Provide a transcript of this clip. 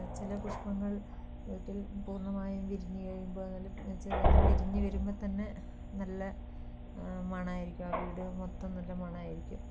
ചില പുഷ്പങ്ങൾ വീട്ടിൽ പൂർണ്ണമായും വിരിഞ്ഞു കഴിയുമ്പം എന്നാണെന്നു വച്ചാൽ വിരിഞ്ഞു വരുമ്പോൾത്തന്നെ നല്ല മണമായിരിക്കും ആ വീട് മൊത്തം നല്ല മണമായിരിക്കും